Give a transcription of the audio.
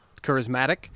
charismatic